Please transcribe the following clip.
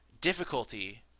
difficulty